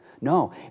No